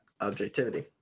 objectivity